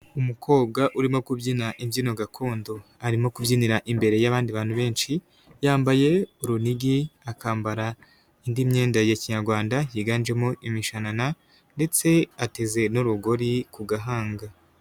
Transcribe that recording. Umukobwa urimo kubyina imbyino gakondo. Arimo kubyinira imbere y'abandi bantu benshi. Yambaye urunigi akambara, indi myenda ya kinyarwanda yiganjemo imishanana, ndetse ateze n'urugori ku gahanga.